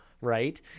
right